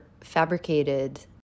fabricated